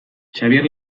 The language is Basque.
xabier